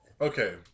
okay